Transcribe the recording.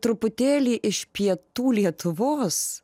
truputėlį iš pietų lietuvos